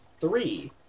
three